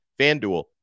FanDuel